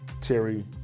Terry